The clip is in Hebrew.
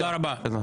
תודה רבה.